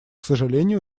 сожалению